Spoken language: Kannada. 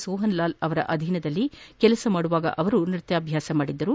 ಸೊಹನ್ ಲಾಲ್ ಅವರ ಅಧೀನದಲ್ಲಿ ಕೆಲಸ ಮಾಡುವಾಗ ಅವರು ನೃತ್ಯ ಅಭ್ಯಾಸ ಮಾಡಿದರು